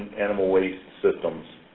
non-animal waste systems.